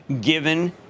given